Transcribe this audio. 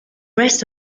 rest